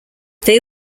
they